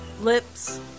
lips